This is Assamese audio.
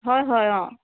হয় হয় অ